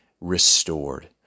restored